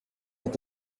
est